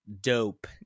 dope